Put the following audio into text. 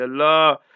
Allah